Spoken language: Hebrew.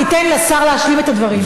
תיתן לשר להשלים את הדברים.